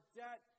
debt